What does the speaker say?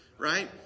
Right